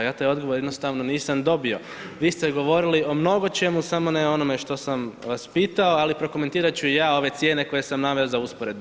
Ja taj odgovor jednostavno nisam dobio, vi ste govorili o mnogo čemu samo ne o onome što sam vas pitao, ali prokomentirat ću i ja ove cijene koje sam naveo za usporedbu.